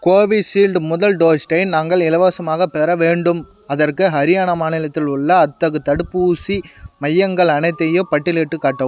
Covishield முதல் dose நாங்கள் இலவசமாகப் பெற வேண்டும் அதற்கு ஹரியானா மாநிலத்தில் உள்ள அத்தகு தடுப்பூசி மையங்கள் அனைத்தையும் பட்டியலிட்டுக் காட்டவும்